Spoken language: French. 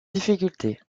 difficultés